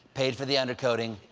paid for the under-coating.